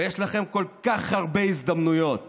ויש לכם כל כך הרבה הזדמנויות